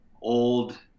old